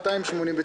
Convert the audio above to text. רוב נמנעים,